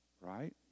Right